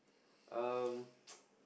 um